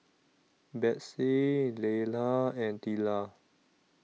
Betsey Leila and Tilla